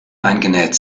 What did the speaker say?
eingenäht